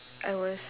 I was